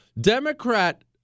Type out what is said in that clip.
Democrat